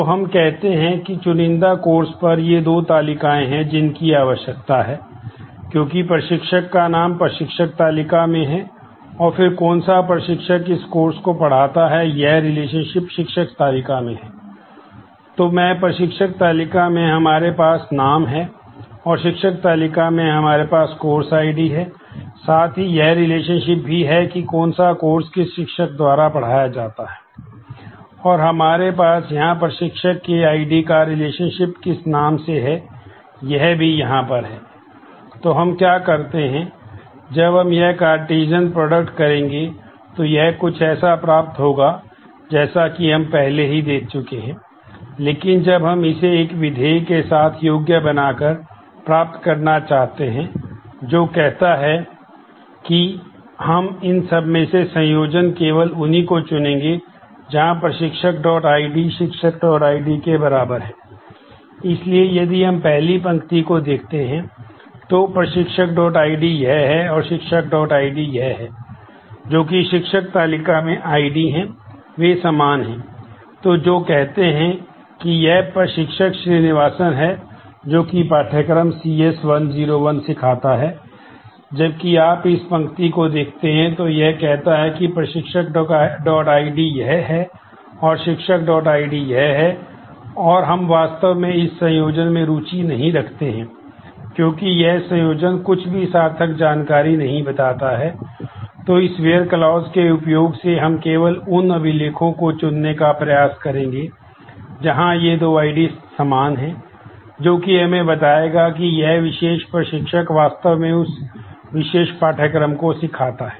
तो हम कहते हैं कि चुनिंदा कोर्स के उपयोग से हम केवल उन अभिलेखों को चुनने का प्रयास करेंगे जहां ये 2 आईडी समान हैं जो कि हमें बताएगा कि यह विशेष प्रशिक्षक वास्तव में उस विशेष पाठ्यक्रम को सिखाता है